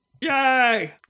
Yay